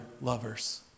lovers